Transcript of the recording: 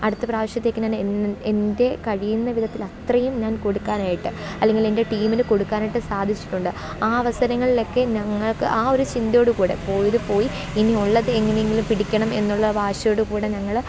അടുത്ത പ്രാവശ്യത്തേക്ക് ഞാന് എന് എന്റെ കഴിയുന്ന വിധത്തില് അത്രയും ഞാൻ കൊടുക്കാനായിട്ട് അല്ലെങ്കിൽ എൻ്റെ ടീമിന് കൊടുക്കാനായിട്ട് സാധിച്ചിട്ടുണ്ട് ആ അവസരങ്ങളിലൊക്കെ ഞങ്ങൾക്ക് ആ ഒരു ചിന്തയോടു കൂടെ പോയത് പോയി ഇനി ഉള്ളത് എങ്ങനെയെങ്കിലും പിടിക്കണം എന്നുള്ള വാശിയോട് കൂടെ ഞങ്ങള്